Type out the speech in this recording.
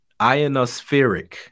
ionospheric